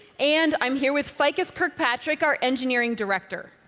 and i'm here with ficus kirkpatrick, our engineering director.